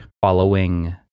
Following